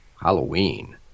Halloween